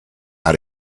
how